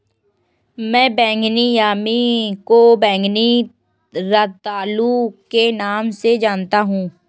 मैं बैंगनी यामी को बैंगनी रतालू के नाम से जानता हूं